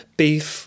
beef